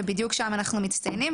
ובדיוק שם אנחנו מצטיינים,